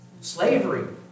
Slavery